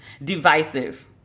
divisive